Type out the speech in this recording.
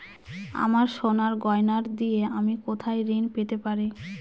আমার সোনার গয়নার দিয়ে আমি কোথায় ঋণ পেতে পারি?